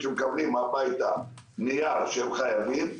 כשהם מקבלים הביתה נייר שהם חייבים,